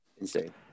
insane